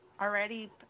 already